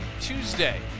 Tuesday